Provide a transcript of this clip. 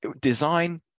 design